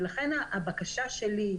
ולכן הבקשה שלי,